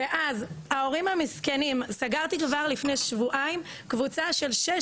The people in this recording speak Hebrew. ואז ההורים המסכנים סגרתי כבר לפני שבועיים קבוצה של שש